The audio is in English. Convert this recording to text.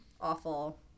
awful